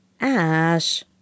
Ash